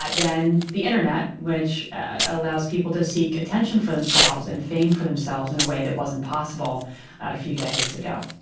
but then the internet which allows people to seek attention for themselves and fame for themselves in a way that wasn't possible a few decades ago.